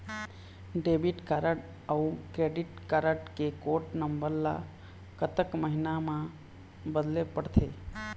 Debit card अऊ credit card code कोड नंबर ला कतक महीना मा बदले पड़थे?